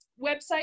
website